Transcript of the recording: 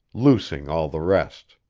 loosing all the rest.